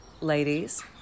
ladies